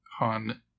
on